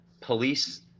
police